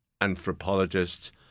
anthropologists